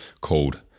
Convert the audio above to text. called